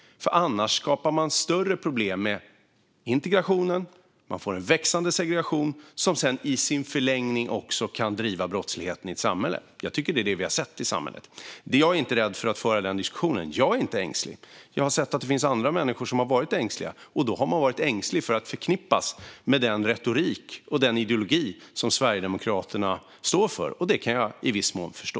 Annars skapar man större problem med integrationen. Man får en växande segregation som sedan i sin förlängning också kan driva brottsligheten i ett samhälle. Jag tycker att det är vad vi har sett i samhället. Jag har inte rädd för att föra den diskussionen. Jag är inte ängslig. Jag har sett att det finns andra människor som har varit ängsliga. Då har de varit ängsliga för att förknippas med den retorik och den ideologi som Sverigedemokraterna står för. Det kan jag i viss mån förstå.